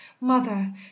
Mother